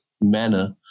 manner